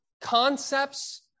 concepts